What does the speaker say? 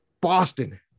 Boston